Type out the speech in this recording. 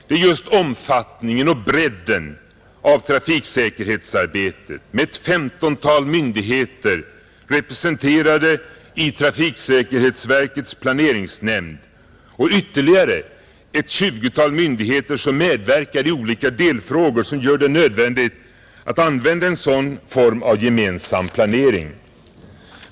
Det är just omfattningen och bredden av trafiksäkerhetsarbetet — med ett femtontal myndigheter representerade i trafiksäkerhetsverkets planeringsnämd och ytterligare ett tjugotal myndigheter som medverkar i olika delfrågor — som gör det nödvändigt att använda en sådan form av gemensam planering.